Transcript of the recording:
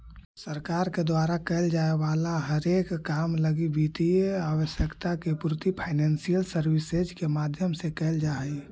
सरकार के द्वारा कैल जाए वाला हरेक काम लगी वित्तीय आवश्यकता के पूर्ति फाइनेंशियल सर्विसेज के माध्यम से कैल जा हई